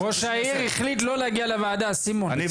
ראש העיר החליט לא להגיע לוועדה סימון.